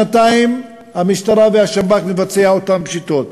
שנתיים המשטרה והשב"כ מבצעות את אותן פשיטות.